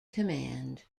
command